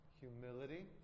humility